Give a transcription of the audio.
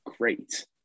great